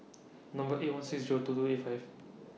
Number eight one six Zero two two eight five